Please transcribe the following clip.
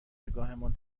نگاهمان